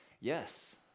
Yes